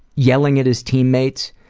yelling at his teammates.